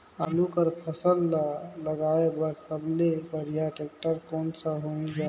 आलू कर फसल ल लगाय बर सबले बढ़िया टेक्टर कोन सा होही ग?